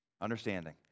Understanding